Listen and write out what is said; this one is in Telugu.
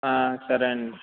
సరే అండి